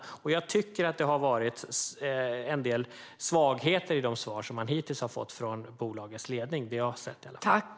Jag tycker att det har funnits en del svagheter i de svar man hittills har fått från bolagets ledning, i alla fall i det jag har sett.